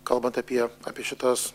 kalbant apie apie šitas